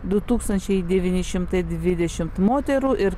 du tūkstančiai devyni šimtai dvidešimt moterų ir